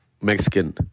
Mexican